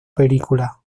película